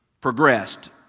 progressed